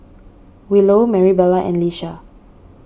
Willow Marybelle and Lisha